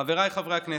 חבריי חברי הכנסת,